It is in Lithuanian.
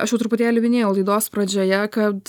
aš jau truputėlį minėjau laidos pradžioje kad